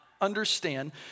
understand